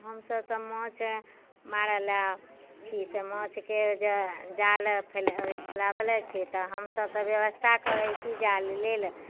अऽ हमसभ तऽ माछ मारैले छी एतऽ माछके जे जाल फैल छै फैलाबऽ ले छियै तऽ हमसभ तऽ व्यवस्था करै छी जाल लेल